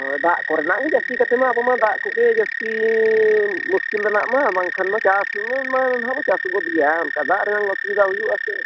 ᱦᱳᱭ ᱫᱟᱜ ᱠᱚᱨᱮᱱᱟᱜ ᱜᱮ ᱡᱟᱹᱥᱛᱤ ᱠᱟᱛᱮᱫ ᱢᱟ ᱫᱟᱜ ᱠᱚᱜᱮ ᱡᱟᱹᱥᱛᱤ ᱢᱩᱥᱠᱤᱞ ᱨᱮᱱᱟᱜ ᱢᱟ ᱵᱟᱝᱠᱷᱟᱱ ᱢᱟ ᱪᱟᱥ ᱥᱩᱢᱩᱝ ᱢᱟ ᱦᱟᱜ ᱵᱚ ᱪᱟᱥ ᱜᱚᱫ ᱜᱮᱭᱟ ᱚᱱᱠᱟ ᱫᱟᱜ ᱨᱮᱭᱟᱜ ᱚᱥᱩᱵᱤᱫᱷᱟ ᱦᱩᱭᱩᱜ ᱟᱥᱮ